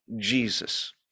Jesus